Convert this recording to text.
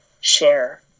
share